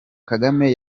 kagame